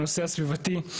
הנושא הסביבתי,